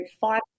five